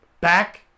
Back